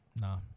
nah